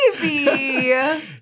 baby